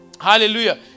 hallelujah